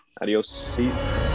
adios